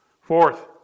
Fourth